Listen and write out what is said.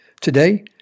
Today